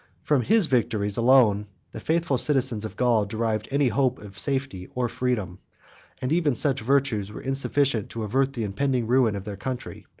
from his virtues alone the faithful citizens of gaul derived any hopes of safety or freedom and even such virtues were insufficient to avert the impending ruin of their country,